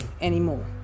anymore